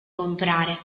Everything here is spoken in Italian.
comprare